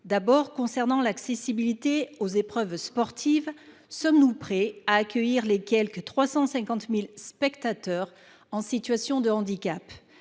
d’abord, l’accessibilité aux épreuves sportives, sommes nous prêts à accueillir les quelque 350 000 spectateurs en situation de handicap ?